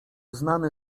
znany